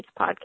podcast